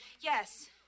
Yes